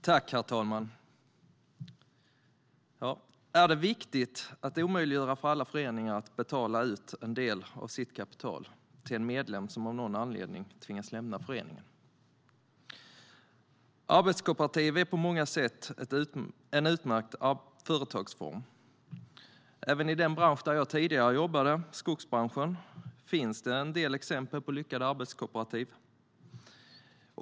Herr talman! Är det viktigt att omöjliggöra för alla föreningar att betala ut en del av sitt kapital till en medlem som av någon anledning tvingas lämna föreningen? Arbetskooperativ är på många sätt en utmärkt företagsform. Även i den bransch som jag jobbade i tidigare, skogsbranschen, finns en del exempel på lyckade arbetskooperativ.